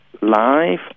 live